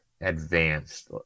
advanced